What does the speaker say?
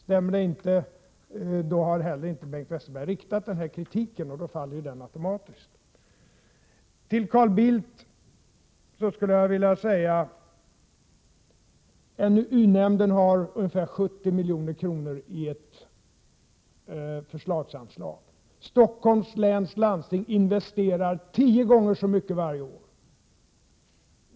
Stämmer inte det har Bengt Westerberg inte heller riktat någon sådan kritik mot socialdemokraterna; då faller det påståendet automatiskt. Till Carl Bildt skulle jag vilja säga: NUU-nämnden har ungefär 70 milj.kr. i förslagsanslag. Stockholms läns landsting investerar tio gånger så mycket varje år.